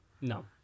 No